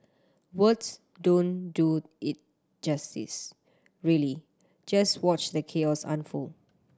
words don't do it justice really just watch the chaos unfold